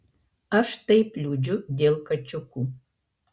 aš taip liūdžiu dėl kačiukų